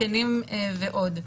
זקנים ועוד.